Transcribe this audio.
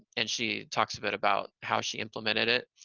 and she talks a bit about how she implemented it,